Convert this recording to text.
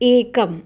एकम्